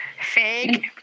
Fake